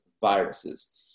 viruses